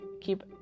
Keep